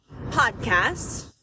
podcast